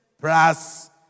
plus